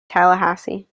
tallahassee